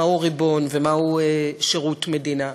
מהו ריבון ומהו שירות המדינה.